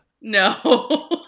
No